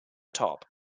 top